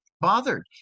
bothered